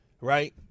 right